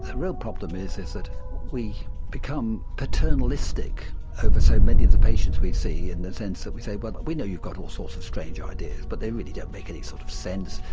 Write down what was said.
ah real problem is is that we become paternalistic over so many of the patients we see in the sense that we say but we know you've got all sorts of strange ideas but they really don't make any sort of sense,